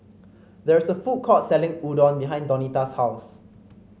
there is a food court selling Udon behind Donita's house